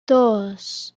dos